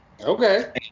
okay